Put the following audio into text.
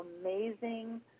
amazing